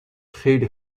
خیلی